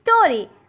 story